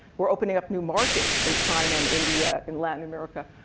we're opening up new markets in china and india and latin america.